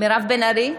מירב בן ארי,